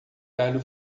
galho